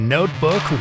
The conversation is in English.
Notebook